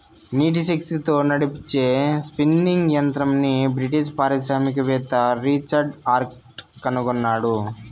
నీటి శక్తితో నడిచే స్పిన్నింగ్ యంత్రంని బ్రిటిష్ పారిశ్రామికవేత్త రిచర్డ్ ఆర్క్రైట్ కనుగొన్నాడు